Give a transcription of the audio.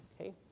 okay